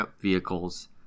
Vehicles